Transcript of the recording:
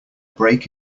break